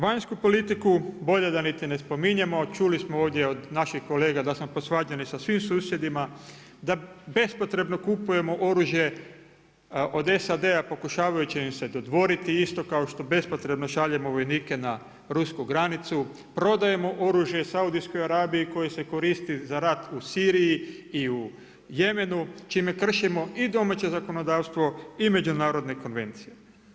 Vanjsku politiku bolje da niti ne spominjemo čuli smo ovdje od naših kolega da smo posvađani sa svim susjedima, da bez potrebno kupujemo oružje od SAD-a pokušavajući im se dodvoriti isto kao što bespotrebno šaljemo vojnike na rusku granicu, prodajemo oružje Saudijskoj Arabiji koji se koristi za rat u Siriji i u Jemenu čime kršimo i domaće zakonodavstvo i međunarodne konvencije.